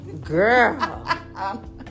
Girl